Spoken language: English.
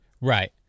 Right